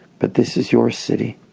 but this is your city